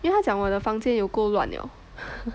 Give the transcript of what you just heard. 因为他讲我的房间有够乱 liao